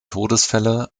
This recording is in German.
todesfälle